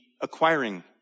acquiring